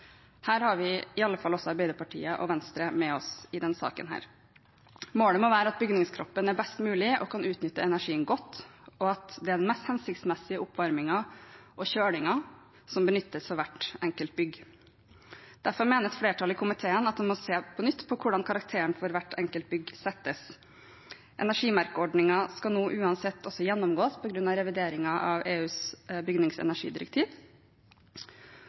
Her har vi i alle fall også Arbeiderpartiet og Venstre med oss i denne saken. Målet må være at bygningskroppen er best mulig og kan utnytte energien godt, og at det er den mest hensiktsmessige oppvarmingen og kjølingen som benyttes for hvert enkelt bygg. Derfor mener et flertall i komiteen at en på nytt må se på hvordan karakteren for hvert enkelt bygg settes. Energimerkeordningen skal nå uansett gjennomgås på grunn av revideringen av EUs bygningsenergidirektiv,